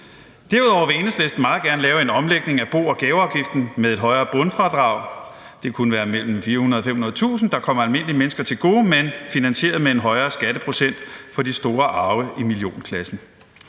Derudover vil Enhedslisten meget gerne lave en omlægning af bo- og gaveafgiften med et højere bundfradrag. Det kunne være mellem 400.000 og 500.000 kr., der kommer almindelige mennesker til gode, men finansieret med en højere skatteprocent for de store arvebeløb i millionklassen.